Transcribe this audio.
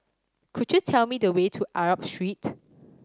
could you tell me the way to Arab Street